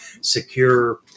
secure